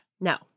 No